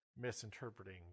misinterpreting